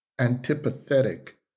antipathetic